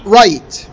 right